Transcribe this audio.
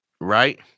right